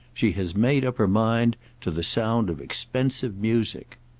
she has made up her mind to the sound of expensive music.